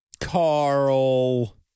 Carl